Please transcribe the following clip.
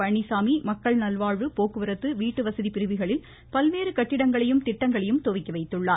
பழனிசாமி மக்கள் நல்வாழ்வு போக்குவரத்து வீட்டுவசதி பிரிவுகளில் பல்வேறு கட்டிடங்களையும் திட்டங்களையும் துவக்கி வைத்துள்ளார்